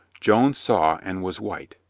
joan saw and was white.